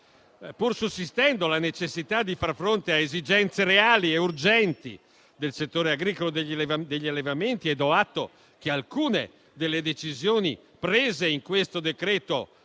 Pur sussistendo la necessità di far fronte ad esigenze reali e urgenti del settore agricolo e degli allevamenti - e do atto che alcune delle decisioni prese in questo decreto